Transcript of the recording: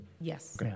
Yes